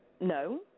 No